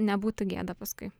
nebūtų gėda paskui